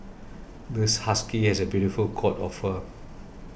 this husky has a beautiful coat of fur